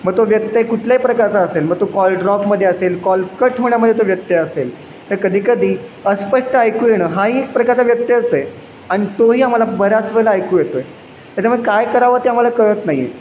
मग तो व्यत्यय कुठल्याही प्रकारचा असेल मग तो कॉल ड्रॉपमध्ये असेल कॉल कट होण्यामध्ये तो व्यत्यय असेल तर कधी कधी अस्पष्ट ऐकू येणं हाही एक प्रकारचा व्यत्ययच आहे आणि तोही आम्हाला बऱ्याच वेळेला ऐकू येतो आहे त्याच्यामुळे काय करावं ते आम्हाला कळत नाही आहे